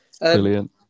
Brilliant